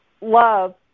love